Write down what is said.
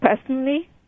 personally